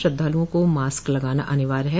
श्रद्वालुओं को मास्क लगाना अनिवार्य है